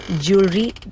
jewelry